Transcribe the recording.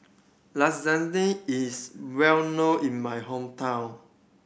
lasagne is well known in my hometown